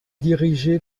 dirigé